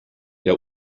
der